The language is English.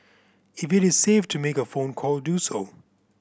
if it is safe to make a phone call do so